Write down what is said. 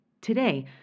Today